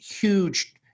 huge